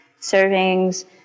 servings